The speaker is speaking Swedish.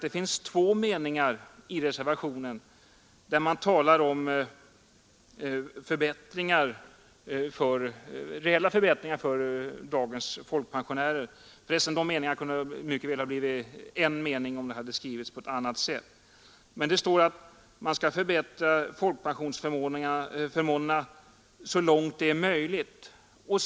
Det finns två meningar i reservationen där man talar om reella förbättringar för dagens folkpensionärer — och de meningarna kunde för resten mycket väl ha blivit en mening om det hade skrivits på ett annat sätt. Men det står att man skall förbättra folkpensionsförmånerna ”så långt det är möjligt”.